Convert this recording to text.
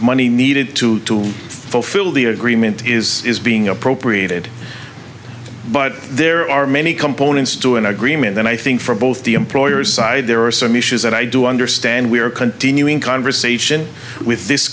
money needed to fulfill the agreement is being appropriated but there are many components to an agreement and i think for both the employers side there are some issues that i do understand we are continuing conversation with this